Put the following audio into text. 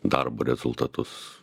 darbo rezultatus